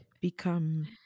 become